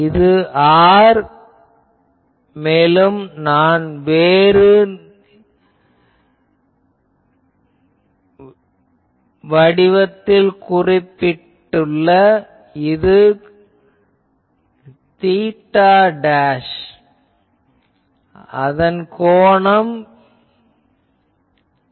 இது r மேலும் நான் வேறு நிறத்தில் குறிப்பிட்டுள்ள இது θ அதன் கோணம் θ